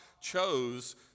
chose